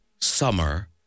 Summer